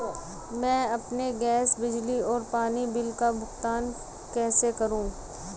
मैं अपने गैस, बिजली और पानी बिल का भुगतान कैसे करूँ?